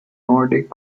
nordic